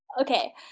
okay